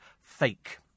fake